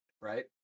right